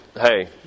Hey